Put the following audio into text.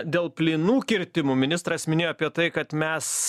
dėl plynų kirtimų ministras minėjo apie tai kad mes